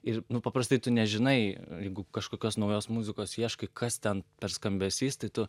ir paprastai tu nežinai jeigu kažkokios naujos muzikos ieškai kas ten per skambesys tai tu